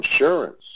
insurance